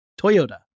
Toyota